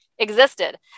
existed